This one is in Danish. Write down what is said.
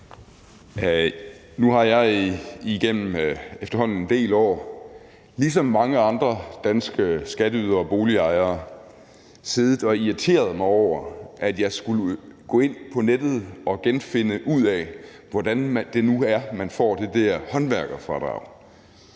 Nu har jeg igennem efterhånden en del år ligesom mange andre danske skatteydere og boligejere siddet og været irriteret over, at jeg skulle gå ind på nettet og igen finde ud af, hvordan det nu er, man får det der håndværkerfradrag.